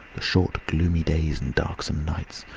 the short gloomy days and darksome nights,